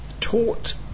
taught